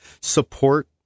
support